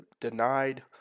denied